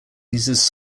uses